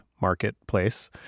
marketplace